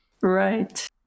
right